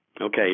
Okay